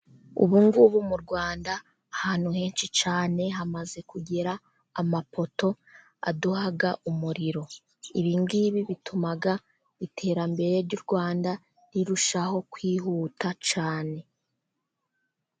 Ubu ngubu mu Rwanda ahantu henshi cyane hamaze kugera amapoto aduha umuriro. Ibi ngibi bituma iterambere ry'u Rwanda rirushaho kwihuta cyane.